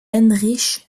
heinrich